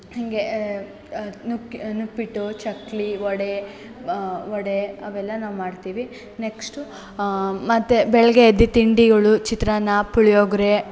ಹೀಗೆ ನುಕ್ಕೆ ನುಪ್ಪಿಟ್ಟು ಚಕ್ಕುಲಿ ವಡೆ ವಡೆ ಅವೆಲ್ಲ ನಾವು ಮಾಡ್ತೀವಿ ನೆಕ್ಷ್ಟು ಮತ್ತು ಬೆಳಿಗ್ಗೆ ಎದ್ದು ತಿಂಡಿಗಳು ಚಿತ್ರಾನ್ನ ಪುಳಿಯೋಗ್ರೆ